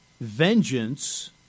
vengeance